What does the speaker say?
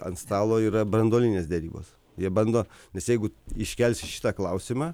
ant stalo yra branduolinės derybos jie bando nes jeigu iškelsiu šitą klausimą